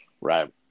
Right